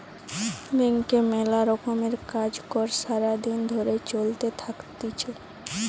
ব্যাংকে মেলা রকমের কাজ কর্ সারা দিন ধরে চলতে থাকতিছে